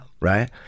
Right